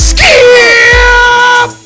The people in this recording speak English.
Skip